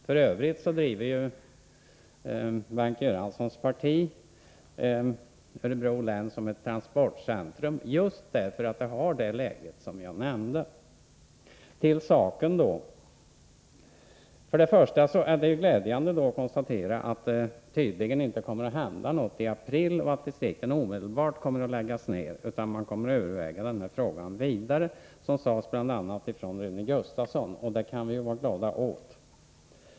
Det är bl.a. på grund av Örebro läns demografiska läge som Bengt Göranssons parti försöker lansera länet som ett transportcentrum. Till saken: Först och främst är det glädjande att konstatera att det tydligen inte kommer att hända någonting i april — att distrikten inte kommer att läggas ned omedelbart — utan att man kommer att överväga denna fråga ytterligare, som bl.a. Rune Gustavsson sade. Det kan vi vara glada åt.